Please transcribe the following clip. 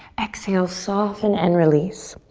exhale, soften and release.